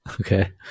okay